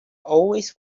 always